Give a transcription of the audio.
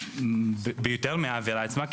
ביותר מהעבירה עצמה.